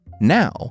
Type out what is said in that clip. Now